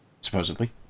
supposedly